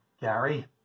Gary